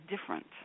different